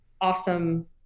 awesome